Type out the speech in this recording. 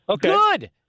Good